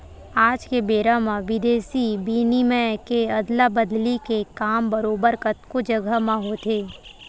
आज के बेरा म बिदेसी बिनिमय के अदला बदली के काम बरोबर कतको जघा म होथे